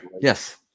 yes